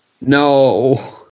No